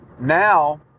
now